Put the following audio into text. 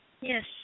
Yes